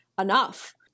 enough